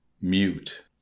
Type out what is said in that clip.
Mute